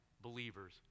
believers